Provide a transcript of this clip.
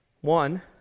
One